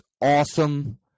awesome